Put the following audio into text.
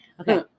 Okay